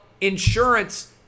insurance